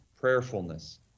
prayerfulness